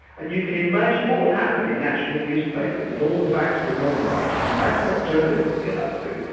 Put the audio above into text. and you can imagine what would happen in national newspapers if all the facts were anonymised, you can imagine what journalists would get up to.